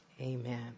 amen